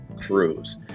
Cruise